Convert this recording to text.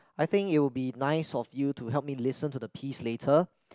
I think it will be nice of you to help me listen to the piece later